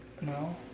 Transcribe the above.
No